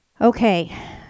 okay